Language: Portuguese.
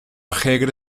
regra